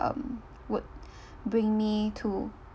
um would bring me to